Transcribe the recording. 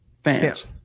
fans